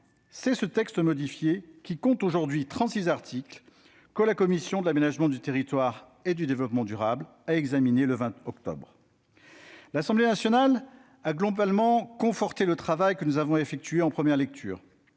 C'est ce texte modifié, comptant désormais 36 articles, que la commission de l'aménagement du territoire et du développement durable a examiné le 20 octobre. L'Assemblée nationale a globalement conforté le travail que nous avons effectué en première lecture.